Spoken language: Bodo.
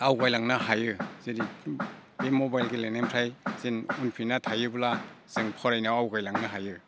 आवगायलांनो हायो जेरै बे मबाइल गेलेनायनिफ्राय जों उनफिनना थायोब्ला जों फरायनायाव आवगायलांनो हायो